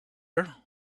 her